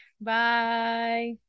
bye